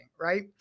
right